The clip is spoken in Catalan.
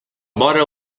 vora